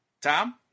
Tom